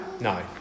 No